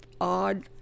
odd